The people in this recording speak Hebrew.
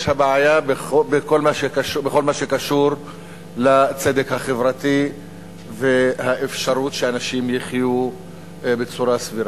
הבעיה בכל מה שקשור לצדק החברתי והאפשרות שאנשים יחיו בצורה סבירה.